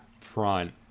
front